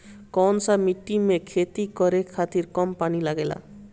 कौन सा मिट्टी में खेती करे खातिर कम पानी लागेला?